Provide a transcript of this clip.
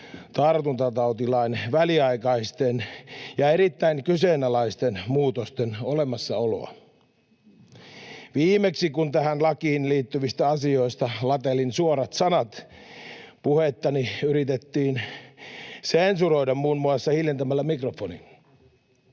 tartuntatautilain väliaikaisten ja erittäin kyseenalaisten muutosten olemassaoloa. Viimeksi, kun tähän lakiin liittyvistä asioista latelin suorat sanat, puhettani yritettiin sensuroida muun muassa hiljentämällä mikrofoni.